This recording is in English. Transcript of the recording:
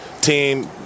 team